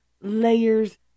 layers